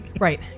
right